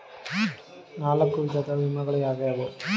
ನಾಲ್ಕು ವಿಧದ ವಿಮೆಗಳು ಯಾವುವು?